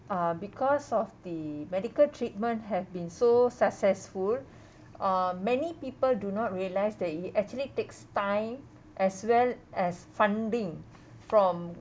uh because of the medical treatment have been so successful uh many people do not realize that it actually takes time as well as funding from